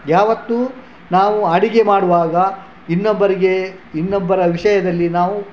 ಯಾವತ್ತೂ ನಾವು ಅಡುಗೆ ಮಾಡುವಾಗ ಇನ್ನೊಬ್ಬರಿಗೆ ಇನ್ನೊಬ್ಬರ ವಿಷಯದಲ್ಲಿ ನಾವು